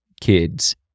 kids